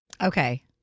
Okay